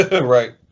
Right